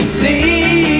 see